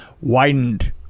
widened